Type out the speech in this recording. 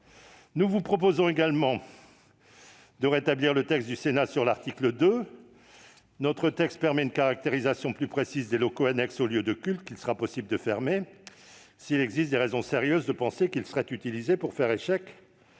Nous vous proposerons également de rétablir le texte du Sénat à l'article 2. Notre texte permet une caractérisation plus précise des locaux annexes au lieu de culte qu'il sera possible de fermer s'il existe des raisons sérieuses de penser que ceux-ci seraient utilisés pour faire échec